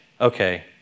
okay